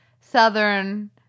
Southern